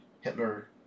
Hitler